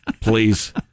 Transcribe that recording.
Please